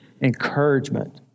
encouragement